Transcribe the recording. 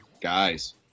guys